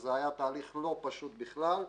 שזה היה תהליך לא פשוט בכלל,